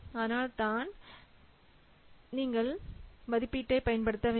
அதனால்தான் இந்த விண்டோ மதிப்பீட்டை நீங்கள் பயன்படுத்த வேண்டும்